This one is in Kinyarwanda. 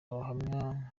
abahamya